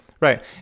Right